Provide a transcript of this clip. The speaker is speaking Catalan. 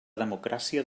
democràcia